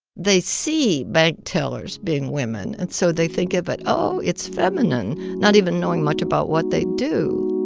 they see bank tellers being women, and so they think of it, oh, it's feminine, not even knowing much about what they do